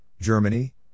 Germany